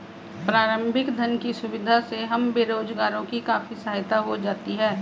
प्रारंभिक धन की सुविधा से हम बेरोजगारों की काफी सहायता हो जाती है